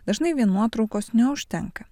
dažnai vien nuotraukos neužtenka